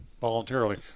voluntarily